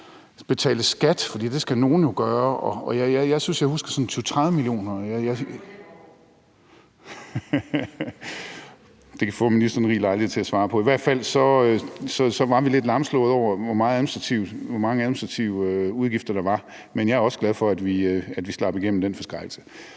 20-30 mio. kr. (Social- og boligministeren: Det var over årene). Det får ministeren rig lejlighed til at svare på. I hvert fald var vi lidt lamslået over, hvor mange administrative udgifter der var, men jeg er også glad for, at vi slap igennem den forskrækkelse.